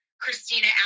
Christina